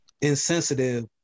insensitive